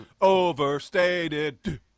Overstated